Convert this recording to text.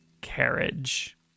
carriage